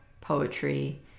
poetry